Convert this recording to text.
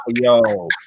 Yo